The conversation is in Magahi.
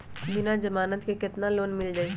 बिना जमानत के केतना लोन मिल जाइ?